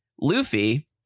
Luffy